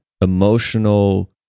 emotional